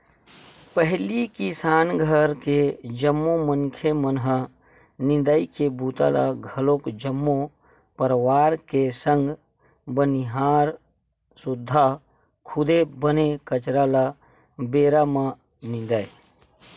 पहिली किसान घर के जम्मो मनखे मन ह निंदई के बूता ल घलोक जम्मो परवार के संग बनिहार सुद्धा खुदे बन कचरा ल बेरा म निंदय